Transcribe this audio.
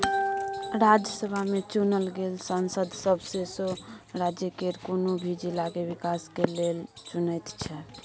राज्यसभा में चुनल गेल सांसद सब सौसें राज्य केर कुनु भी जिला के विकास के लेल चुनैत छै